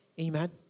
amen